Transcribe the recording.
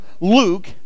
Luke